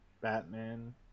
Batman